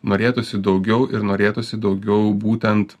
norėtųsi daugiau ir norėtųsi daugiau būtent